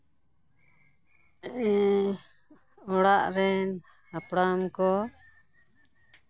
ᱚᱲᱟᱜ ᱨᱮᱱ ᱦᱟᱯᱲᱟᱢ ᱠᱚ